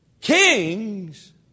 Kings